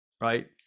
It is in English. right